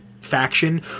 faction